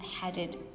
headed